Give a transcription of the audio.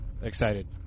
Excited